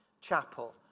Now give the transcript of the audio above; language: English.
chapel